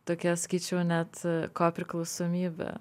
tokia sakyčiau net ko priklausomybė